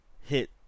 hit